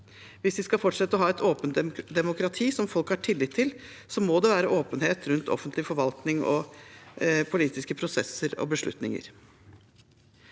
Hvis vi skal fortsette å ha et åpent demokrati som folk har tillit til, må det være åpenhet rundt offentlig forvaltning og politiske prosesser og beslutninger.